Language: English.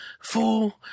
Fool